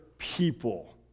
people